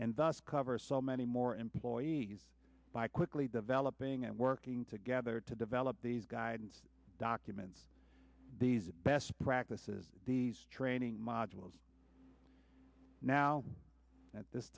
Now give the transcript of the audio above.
and thus cover so many more employees by quickly developing and working together to develop these guidance documents these best practices these training modules now at this